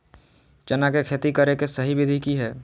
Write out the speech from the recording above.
चना के खेती करे के सही विधि की हय?